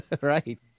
Right